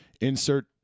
insert